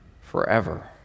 forever